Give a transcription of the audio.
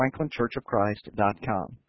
franklinchurchofchrist.com